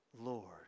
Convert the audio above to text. Lord